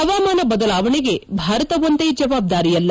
ಹವಾಮಾನ ಬದಲಾವಣೆಗೆ ಭಾರತವೊಂದೇ ಜವಾಬ್ದಾರಿಯಲ್ಲ